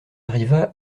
arriva